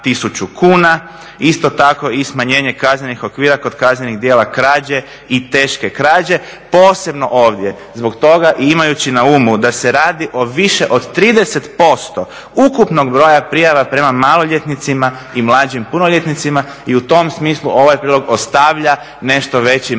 isto tako i smanjenje kaznenih okvira kod kaznenih djela krađe i teške krađe posebno ovdje. Zbog toga imajući na umu da se radi više od 30% ukupnog broja prijava prema maloljetnicima i mlađim punoljetnicima i u tom smislu ovaj prilog ostavlja nešto veći manevarski